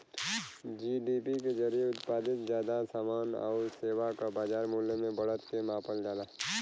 GDP के जरिये उत्पादित जादा समान आउर सेवा क बाजार मूल्य में बढ़त के मापल जाला